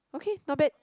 okay not bad